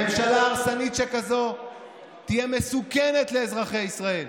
ממשלה הרסנית שכזאת תהיה מסוכנת לאזרחי ישראל.